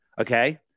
Okay